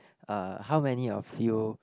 uh how many of you